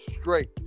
straight